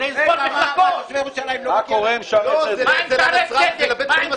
מה עם שערי צדק?